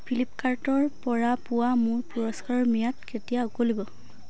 ফ্লিপকাৰ্টৰপৰা পোৱা মোৰ পুৰস্কাৰৰ ম্যাদ কেতিয়া উকলিব